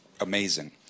amazing